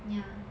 ya